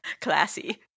Classy